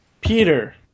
Peter